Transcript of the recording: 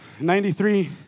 93